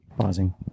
pausing